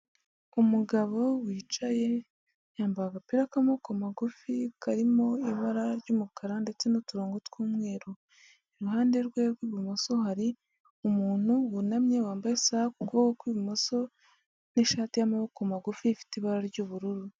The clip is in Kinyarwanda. Umugabo wicaye yambaye agapira k'amaboko magufi karimo ibara ry'umukara ndetse n'uturongo tw'umweru, iruhande rwe rw'ibumoso hari umuntu wunamye wambaye isaha ku kuboko kw'ibumoso n'ishati y'amaboko magufi ifite ibara ry'ubururu.